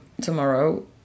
tomorrow